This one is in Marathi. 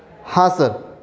हां सर